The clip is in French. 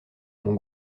mon